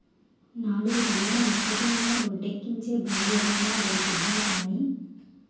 నాలుగు టన్నుల మొక్కజొన్న రోడ్డేక్కించే బండేదైన దొరుకుద్దా సామీ